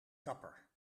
kapper